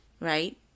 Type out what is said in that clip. right